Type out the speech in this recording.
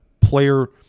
player